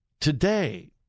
Today